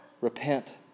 Repent